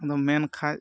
ᱟᱫᱚ ᱢᱮᱱᱠᱷᱟᱡ